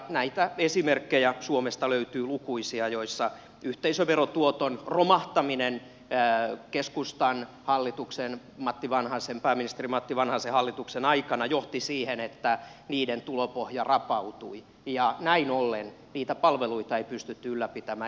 näitä esimerkkejä suomesta löytyy lukuisia joissa yhteisöverotuoton romahtaminen keskustan hallituksen pääministeri matti vanhasen hallituksen aikana johti siihen että niiden tulopohja rapautui ja näin ollen niitä palveluita ei pystytty ylläpitämään